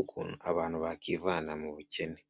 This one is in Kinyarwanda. ukuntu abantu bakivana mu bukene.